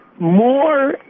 more